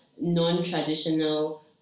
non-traditional